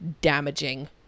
damaging